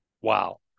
wow